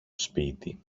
σπίτι